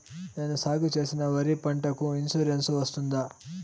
నేను సాగు చేసిన వరి పంటకు ఇన్సూరెన్సు వస్తుందా?